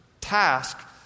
task